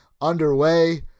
underway